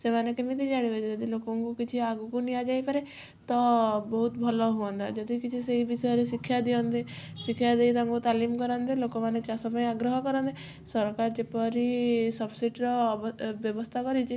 ସେମାନେ କେମିତି ଜାଣିବେ ଯଦି ଲୋକଙ୍କୁ କିଛି ଆଗୁକୁ ନିଆଯାଇପାରେ ତ ବହୁତ୍ ଭଲ ହୁଅନ୍ତା ଯଦି କିଛି ସେହି ବିଷୟରେ ଶିକ୍ଷା ଦିଅନ୍ତି ଶିକ୍ଷା ଦେଇ ତାଙ୍କୁ ତାଲିମ୍ କରାନ୍ତେ ଲୋକମାନେ ଚାଷ ପାଇଁ ଆଗ୍ରହ କରନ୍ତେ ସରକାର ଯେପରି ସବସିଡ଼ିର ଅ ବ ବ୍ୟବସ୍ଥା କରିଛି